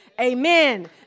amen